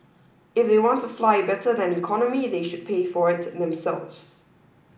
if they want to fly better than economy they should pay for it themselves